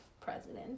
president